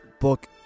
book